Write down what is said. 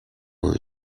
wars